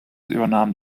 übernahmen